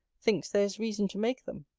thinks there is reason to make them.